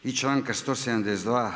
i članka 172.